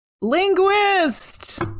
Linguist